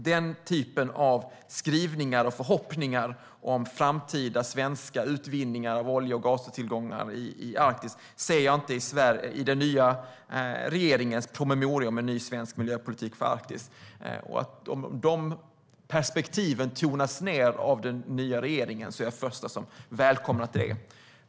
Den typen av skrivningar och förhoppningar om framtida svenska utvinningar av olje och gastillgångar i Arktis ser jag inte i den nya regeringens promemoria om en ny svensk miljöpolitik för Arktis. Om dessa perspektiv tonas ned av den nya regeringen är jag den förste som välkomnar det.